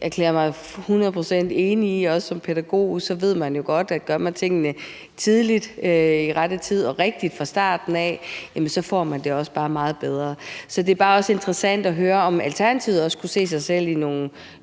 erklære mig hundrede procent enig i, og som pædagog ved man jo godt, at gør man tingene tidligt, i rette tid og rigtigt fra starten af, får man det også bare meget bedre. Så det er bare interessant at høre, om Alternativet også kunne se sig selv i nogle